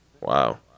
Wow